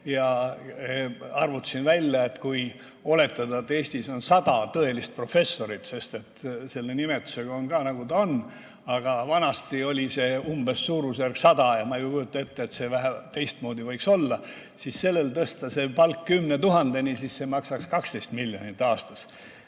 ja arvutasin välja, et kui oletada, et Eestis on 100 tõelist professorit – selle nimetusega on ka, nagu ta on, aga vanasti oli see suurusjärk 100 ja ma ei kujuta ette, et see teistmoodi võiks olla –, ja neil tõsta palk 10 000‑ni, siis see maksaks 12 miljonit aastas.